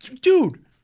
Dude